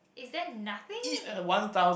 is that nothing